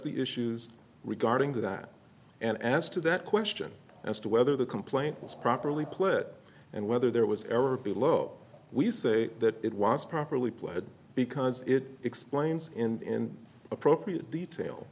the issues regarding that and as to that question as to whether the complaint was properly put and whether there was ever below we say that it was properly pled because it explains in appropriate detail